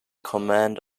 command